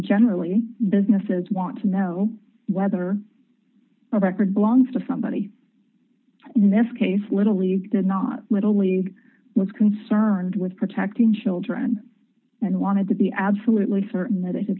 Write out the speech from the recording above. generally businesses want to know whether a record belongs to somebody in this case little league did not little league was concerned with protecting children and wanted to be absolutely certain that i